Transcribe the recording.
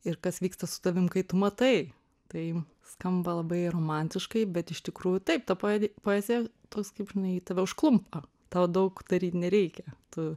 ir kas vyksta su tavim kai tu matai tai skamba labai romantiškai bet iš tikrųjų taip ta poe poezija toks kaip žinai ji tave užklumpa tau daug daryt nereikia tu